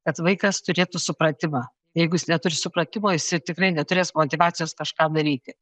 kad vaikas turėtų supratimą jeigu jis neturi supratimo jisai tikrai neturės motyvacijos kažką daryti